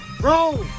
roll